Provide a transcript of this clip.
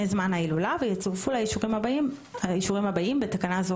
זמן ההילולה ויצורפו לה האישורים הבאים (בתקנה זו